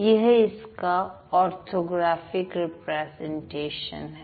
यह इसका orthographic representation है